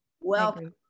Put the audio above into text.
welcome